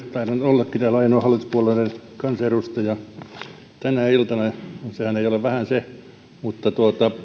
täällä ainoa hallituspuolueiden kansanedustaja tänä iltana ja sehän ei ole vähän se mutta